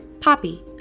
Poppy